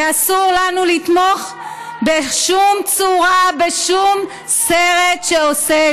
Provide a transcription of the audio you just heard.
ואסור לנו לתמוך בשום צורה בשום סרט שעושה,